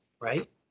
right